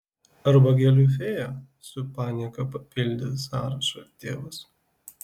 arba gėlių fėja su panieka papildė sąrašą tėvas